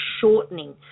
shortening